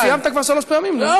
לא, אבל סיימת כבר שלוש פעמים, נו.